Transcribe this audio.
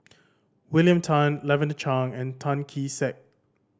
William Tan Lavender Chang and Tan Kee Sek